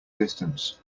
distance